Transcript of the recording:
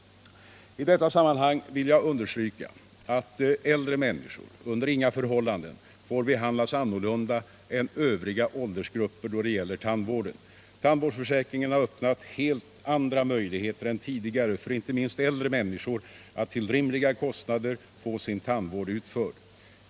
I detta sammanhang vill jag understryka att äldre människor under inga förhållanden får behandlas annorlunda än övriga åldersgrupper då det gäller tandvården. Tandvårdsförsäkringen har öppnat helt andra möjligheter än tidigare för inte minst äldre människor att till rimliga kost nader få sin tandvård utförd.